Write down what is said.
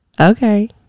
Okay